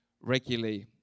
regularly